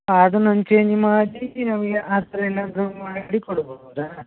ಹಾಂ ಅದನ್ನೊಂದ್ ಚೇಂಜ್ ಮಾಡಿ ನಮಗೆ ಆ ಥರ ಏನಾದ್ರೂ ಮಾಡಿ ಕೊಡ್ಬೌದಾ